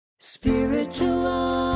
Spiritual